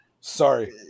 Sorry